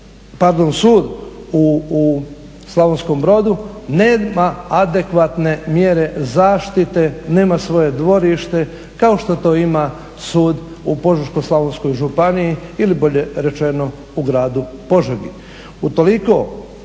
sud u Slavonskom Brodu nema adekvatne mjere zaštite, nema svoje dvorište kao što to ima sud u Požeško-slavonskoj županiji ili bolje rečeno u Gradu Požegi.